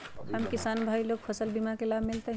हम किसान भाई लोग फसल बीमा के लाभ मिलतई?